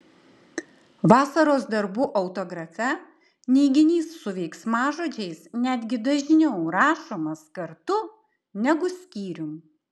vasaros darbų autografe neiginys su veiksmažodžiais netgi dažniau rašomas kartu negu skyrium